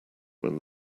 when